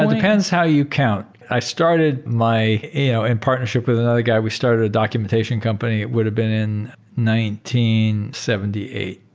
ah depends how you count. i started my you know in partnership with another guy, we started documentation company. it would've been in seventy eight.